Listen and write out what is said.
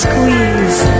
Squeeze